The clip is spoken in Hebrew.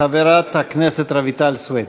חברת הכנסת רויטל סויד.